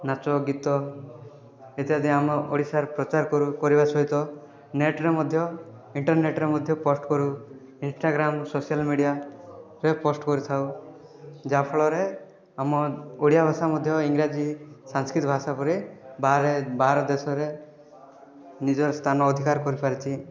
ନାଚ ଗୀତ ଇତ୍ୟାଦି ଆମ ଓଡ଼ିଶାରେ ପ୍ରଚାର କରୁ କରିବା ସହିତ ନେଟ୍ରେ ମଧ୍ୟ ଇଣ୍ଟରନେଟ୍ରେ ମଧ୍ୟ ପୋଷ୍ଟ୍ କରୁ ଇନଷ୍ଟାଗ୍ରାମ୍ ସୋସିଆଲ୍ ମିଡ଼ିଆରେ ପୋଷ୍ଟ୍ କରିଥାଉ ଯାହାଫଳରେ ଆମ ଓଡ଼ିଆ ଭାଷା ମଧ୍ୟ ଇଂରାଜୀ ସାଂସ୍କ୍ରିଟ୍ ଭାଷା ପରି ବାହାରେ ବାହାର ଦେଶରେ ନିଜ ସ୍ଥାନ ଅଧିକାର କରିପାରିଛି